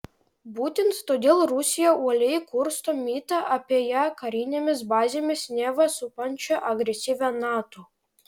būtent todėl rusija uoliai kursto mitą apie ją karinėmis bazėmis neva supančią agresyvią nato